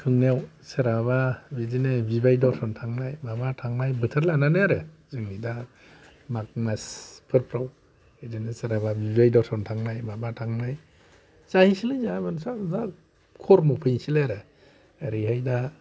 खुंनायाव सोरहाबा बिदिनो बिबाय दरसन थांनाय माबा थांनाय बोथोर लानानै आरो जोंनि दा माग मासफोरफ्राव बिदिनो सोरहाबा बिबाय दरसन थांनाय माबा थांनाय जाहैसैलाय जाहा मोनफा मोनफा खर्म फैसैलाइ आरो ओरैहाय दा